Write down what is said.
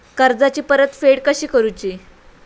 कर्जाची परतफेड कशी करूची?